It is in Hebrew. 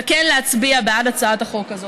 וכן להצביע בעד הצעת החוק הזאת.